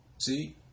See